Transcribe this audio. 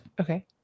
Okay